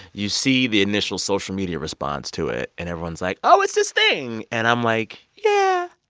you see the initial social media response to it. and everyone's like, oh, it's this thing. and i'm like, yeah,